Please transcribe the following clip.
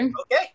Okay